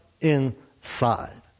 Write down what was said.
inside